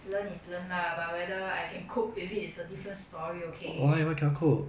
learn is learn lah but whether I can cope with it is a different story okay